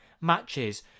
matches